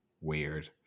weird